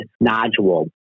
nodule